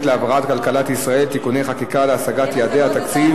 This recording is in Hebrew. להבראת כלכלת ישראל (תיקוני חקיקה להשגת יעדי התקציב